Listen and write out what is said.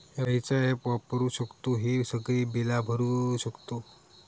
खयचा ऍप वापरू शकतू ही सगळी बीला भरु शकतय?